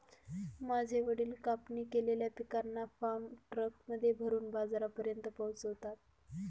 माझे वडील कापणी केलेल्या पिकांना फार्म ट्रक मध्ये भरून बाजारापर्यंत पोहोचवता